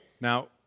Now